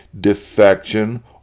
defection